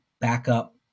backup